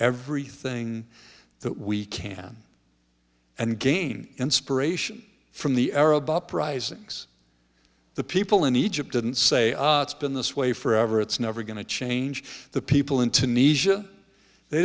everything that we can and gain inspiration from the arab uprisings the people in egypt didn't say it's been this way forever it's never going to change the people in